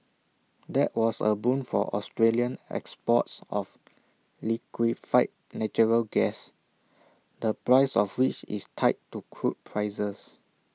that was A boon for Australian exports of liquefied natural gas the price of which is tied to crude prices